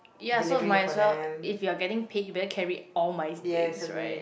ya so might as well if you're getting paid you better carry all my things right